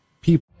people